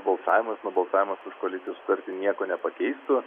balsavimas nubalsavimas už koalicijos sutartį nieko nepakeistų